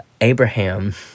abraham